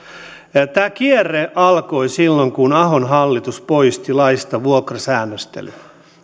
tämä kierre alkoi silloin kun ahon hallitus poisti laista vuokrasäännöstelyn